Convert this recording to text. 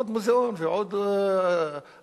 עוד מוזיאון ועוד אוניברסיטה,